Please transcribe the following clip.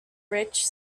rich